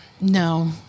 no